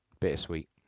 Bittersweet